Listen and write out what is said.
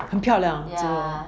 很漂亮这个